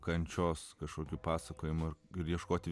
kančios kažkokių pasakojimų ar gali ieškoti